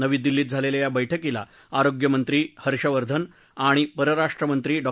नवी दिल्लीत झालेल्या या बैठकीला आरोग्यमंत्री हर्षवर्धन आणि परराष्ट्र मंत्री डॉ